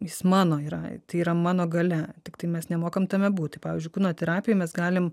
jis mano yra tai yra mano galia tiktai mes nemokam tame būti pavyzdžiui kūno terapijoj mes galim